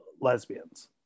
lesbians